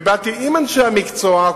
ובאתי עם אנשי המקצוע,